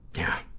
yeah.